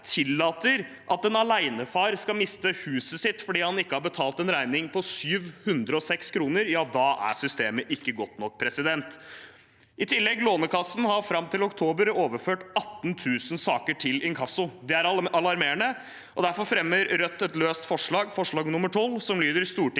at en alenefar skal miste huset sitt fordi han ikke har betalt en regning på 706 kr, ja, da er ikke systemet godt nok. I tillegg: Lånekassen har fram til oktober overført 18 000 saker til inkasso. Det er alarmerende. Derfor fremmer Rødt et løst forslag, forslag nr. 12, som lyder: «Stortinget